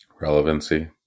Relevancy